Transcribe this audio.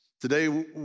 Today